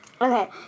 Okay